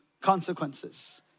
consequences